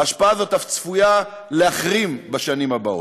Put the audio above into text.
ההשפעה הזאת אף צפויה להחריף בשנים הבאות.